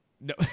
no